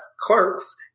Clerks